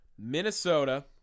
Minnesota